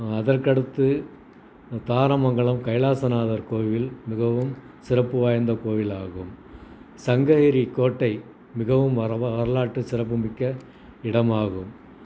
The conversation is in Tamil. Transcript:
அதற்கு அடுத்து தாராமங்கலம் கைலாசநாதர் கோவில் மிகவும் சிறப்பு வாய்ந்த கோவில் ஆகும் சங்ககிரி கோட்டை மிகவும் வரவா வரலாற்று சிறப்புமிக்க இடமாகும்